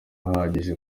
ahagije